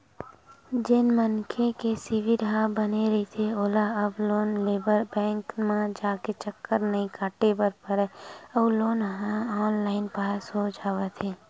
जेन मनखे के सिविल ह बने रहिथे ओला अब लोन लेबर बेंक म जाके चक्कर नइ काटे बर परय अउ लोन ह ऑनलाईन पास हो जावत हे